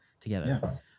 together